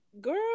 girl